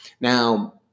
now